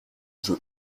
jeu